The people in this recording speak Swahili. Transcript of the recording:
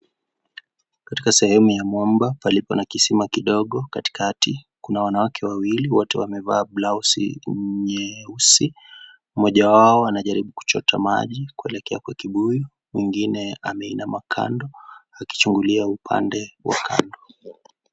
Katika sehemu ya mwamba palipo na kisima kidogo katikati, kuna wanawake wawili wote wamevaa blausi nyeusi mmoja wao wanajaribu kuchota maji kuelekea kwa kibuyu mwingine ameinama kando akichungulia upande wa kando.